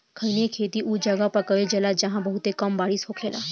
खईनी के खेती उ जगह पर कईल जाला जाहां बहुत कम बारिश होखेला